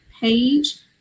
page